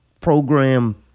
program